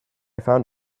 found